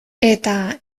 eta